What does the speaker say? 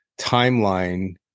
timeline